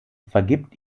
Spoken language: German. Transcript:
vergibt